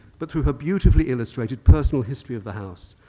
but through her beautifully illustrated personal history of the house,